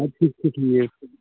اَدٕ سُہ تہِ چھِ ٹھیٖک